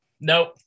Nope